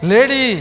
Lady